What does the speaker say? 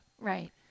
Right